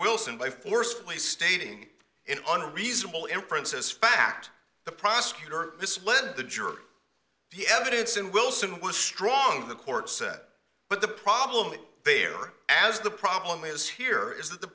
wilson by forcefully stating in on reasonable inference as fact the prosecutor this lead the jury the evidence in wilson was strong the court said but the problem there as the problem is here is that the